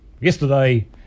yesterday